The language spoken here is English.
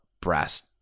brass